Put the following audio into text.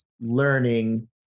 learning